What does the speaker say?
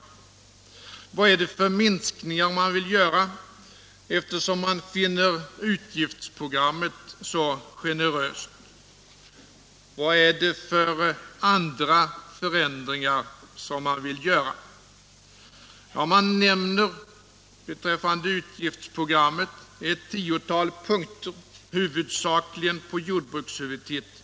Vad är det för minskningar man vill göra, eftersom man finner utgiftsprogrammet så generöst? Vad är det för andra förändringar som man vill göra? Ja, beträffande utgiftsprogrammet nämns ett tiotal punkter, huvudsakligen avseende jordbrukshuvudtiteln.